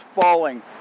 falling